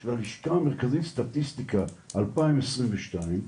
של הלשכה המרכזית לסטטיסטיקה שנת 2022,